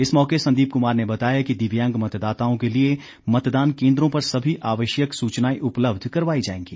इस मौके संदीप कुमार ने बताया कि दिव्यांग मतदाताओं के लिए मतदान केन्द्रों पर सभी आवश्यक सुचनाएं उपलब्ध करवाई जाएंगी